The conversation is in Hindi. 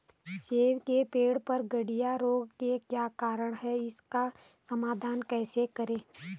सेब के पेड़ पर गढ़िया रोग के क्या कारण हैं इसका समाधान कैसे करें?